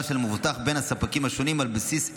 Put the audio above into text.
של מבוטח בין הספקים השונים על בסיס אזוריות,